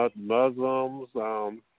Muslims